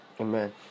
amen